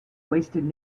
wasted